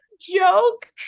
joke